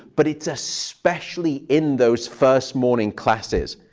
but it's especially in those first morning classes.